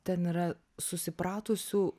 ten yra susipratusių